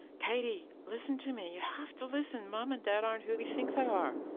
katie, listen to me, you have to listen, mum and dad aren't who we think they are!